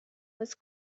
was